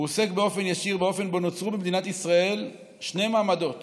הוא עוסק באופן ישיר באופן שבו נוצרו במדינת ישראל שני מעמדות